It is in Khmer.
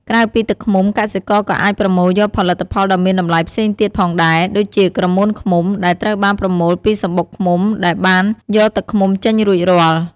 ក្រៅពីទឹកឃ្មុំ កសិករក៏អាចប្រមូលយកផលិតផលដ៏មានតម្លៃផ្សេងទៀតផងដែរ ដូចជាក្រមួនឃ្មុំ ដែលត្រូវបានប្រមូលពីសំបុកឃ្មុំដែលបានយកទឹកឃ្មុំចេញរួចរាល់។